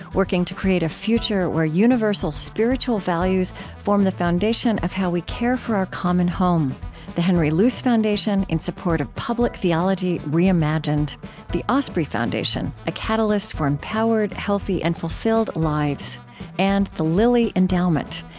working to create a future where universal spiritual values form the foundation of how we care for our common home the henry luce foundation, in support of public theology reimagined the osprey foundation, a catalyst for empowered, healthy, and fulfilled lives and the lilly endowment,